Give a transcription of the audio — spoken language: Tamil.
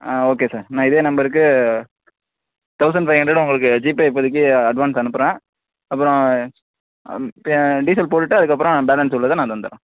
ஆ ஓகே சார் நான் இதே நம்பருக்கு தௌசண்ட் பைவ் ஹண்ட்ரெடு உங்களுக்கு ஜிபே இப்போதிக்கு அட்வான்ஸ் அனுப்புறேன் அப்புறம் டீசல் போட்டுவிட்டு அதுக்கப்புறம் பேலென்ஸ் உள்ளதை நான் தந்துர்றேன்